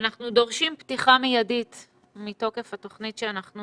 אנחנו דורשים פתיחה מידית מתוקף התוכנית שאנחנו